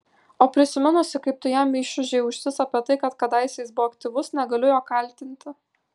o prisiminusi kaip tu jam išūžei ausis apie tai kad kadaise jis buvo aktyvus negaliu jo kaltinti